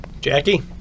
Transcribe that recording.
Jackie